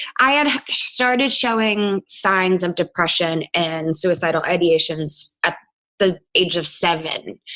i had had started showing signs of depression and suicidal ideations at the age of seven.